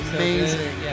amazing